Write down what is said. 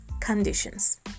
conditions